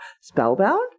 Spellbound